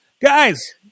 Guys